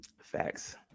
facts